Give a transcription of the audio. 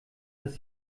dass